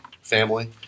family